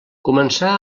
començà